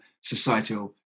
societal